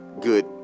good